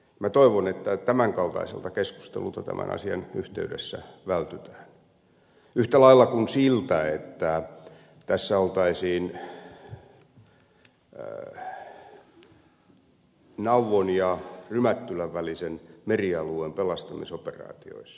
minä toivon että tämän kaltaiselta keskustelulta tämän asian yh teydessä vältytään yhtä lailla kuin siltä että tässä oltaisiin nauvon ja rymättylän välisen merialueen pelastamisoperaatioissa